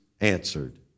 answered